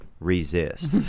resist